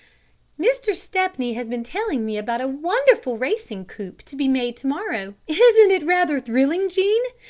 mr. stepney has been telling me about a wonderful racing coup to be made to-morrow. isn't it rather thrilling, jean?